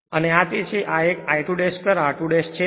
અને તે અને આ એક I2 2 r2 છે